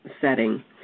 setting